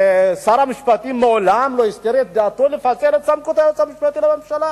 שר המשפטים מעולם לא הסתיר את דעתו על פיצול סמכות היועץ המשפטי לממשלה,